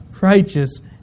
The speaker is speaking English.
righteous